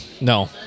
No